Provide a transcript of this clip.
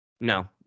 No